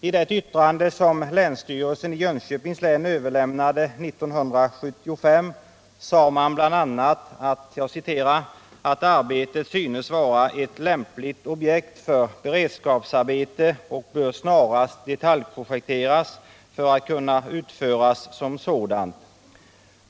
I det yttrande som länsstyrelsen i Jönköpings län överlämnade 1975 sade man bl.a. att ”arbetet synes vara ett lämpligt objekt för beredskapsarbete och bör snarast detaljprojekteras för att kunna utföras som sådant”.